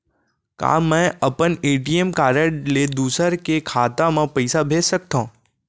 का मैं अपन ए.टी.एम कारड ले दूसर के खाता म पइसा भेज सकथव?